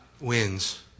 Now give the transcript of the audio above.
wins